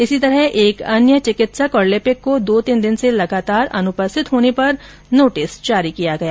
इसी तरह एक अन्य डॉक्टर और लिपिक को दो तीन दिन से लगातार अनुपस्थित होने पर नोटिस जारी किया गया है